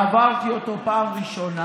עברתי אותו פעם ראשונה,